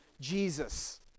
Jesus